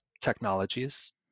technologies